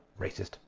racist